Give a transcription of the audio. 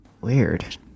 Weird